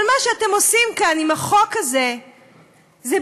אבל מה שאתם עושים כאן עם החוק הזה הוא בדיוק,